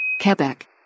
Quebec